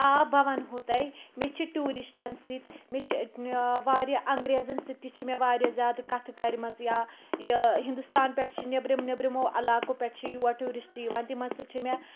آ بہٕ وَنہو تۄہہِ مےٚ چھِ ٹیورِسٹَن سۭتۍ مےٚ چھِ واریاہ اَنٛگریزَن سۭتۍ تہِ چھِ مےٚ واریاہ زیادٕ کَتھٕ کَرٕ مَژٕ یا ہِندوستان پٮ۪ٹھ چھِ نیٚبرِم نیٚبرِمو عَلاقو پٮ۪ٹھٕ چھِ یور ٹیورِسٹ یِوان تِمَن سۭتۍ چھِ مےٚ